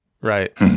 Right